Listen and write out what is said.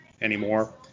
anymore